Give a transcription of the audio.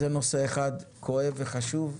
זה נושא אחד כואב וחשוב.